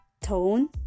tone